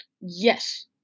Yes